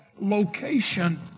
location